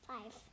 Five